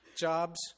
jobs